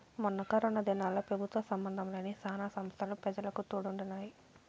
మొన్న కరోనా దినాల్ల పెబుత్వ సంబందం లేని శానా సంస్తలు పెజలకు తోడుండినాయి